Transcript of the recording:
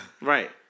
Right